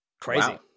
Crazy